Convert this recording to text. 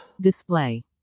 Display